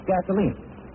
gasoline